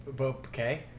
Okay